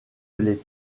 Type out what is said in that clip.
les